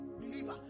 Believer